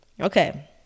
Okay